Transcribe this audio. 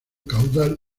caudal